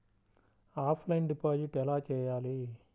Offline deposit ఎలా చేయాలి?